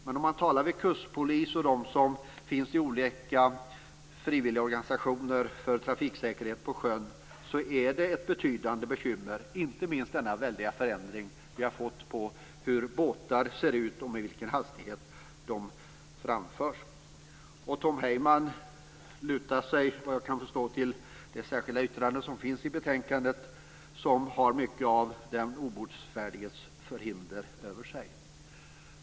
Men om man talar med kustpolis och dem som finns i olika frivilliga organisationer för trafiksäkerhet på sjön säger de att det är ett betydande bekymmer, inte minst denna väldiga förändring med hur båtar ser ut och med vilken hastighet de framförs. Tom Heyman lutar sig, såvitt jag förstår, på det särskilda yttrandet till betänkandet, som har mycket av den obotfärdiges förhinder över sig.